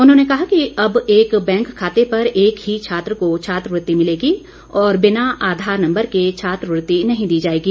उन्होंने कहा कि अब एक बैंक खाते पर एक ही छात्र को छात्रवृत्ति मिलेगी और बिना आधार नम्बर के छात्रवृत्ति नहीं दी जाएगी